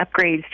upgrades